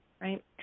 right